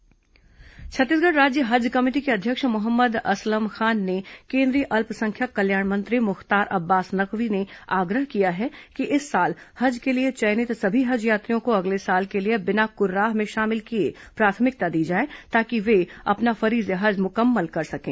हज अपील छत्तीसगढ राज्य हज कमेटी के अध्यक्ष मोहम्मद असलम खान ने केंद्रीय अल्पसंख्यक कल्याण मंत्री मुख्तार अब्बास नकवी ने आग्रह किया है कि इस साल हज के लिए चयनित सभी हज यात्रियों को अगले साल के लिए बिना कुर्राह में शामिल किए प्राथमिकता दी जाए ताकि वे अपना फरीज ए हज मुकम्मल कर सकें